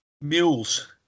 mules